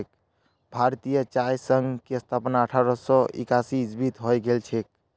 भारतीय चाय संघ की स्थापना अठारह सौ एकासी ईसवीत हल छिले